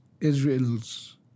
Israel's